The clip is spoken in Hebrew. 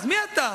אז מי אתה?